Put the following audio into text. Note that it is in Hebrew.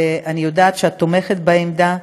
אני יודעת שאת תומכת בעמדה,